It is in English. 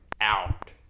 out